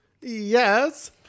yes